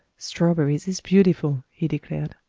strawberries is beautiful, he declared.